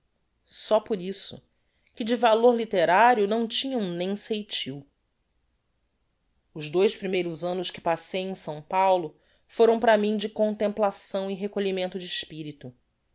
só por isso que de valor litterario não tinham nem ceitil os dois primeiros annos que passei em s paulo foram para mim de contemplação e recolhimento de espirito